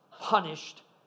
punished